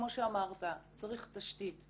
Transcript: כמו שאמרת, צריך תשתית.